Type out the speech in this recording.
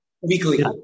Weekly